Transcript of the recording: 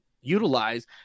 utilize